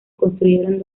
construyeron